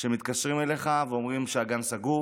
שמתקשרים אליך ואומרים שהגן סגור,